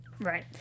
Right